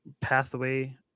pathway